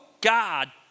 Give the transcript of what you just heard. God